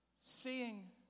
Seeing